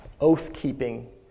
oath-keeping